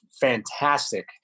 fantastic